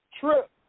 trip